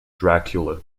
dracula